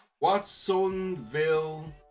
Watsonville